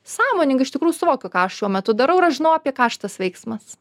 sąmoningai iš tikrųjų suvokiu ką aš šiuo metu darau ir aš žinau apie ką šitas veiksmas